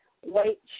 white